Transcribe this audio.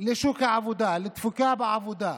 שוק העבודה, תפוקה בעבודה,